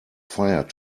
fired